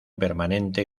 permanente